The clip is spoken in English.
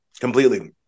completely